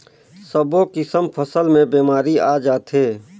सब्बो किसम फसल मे बेमारी आ जाथे